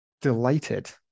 delighted